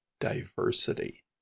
diversity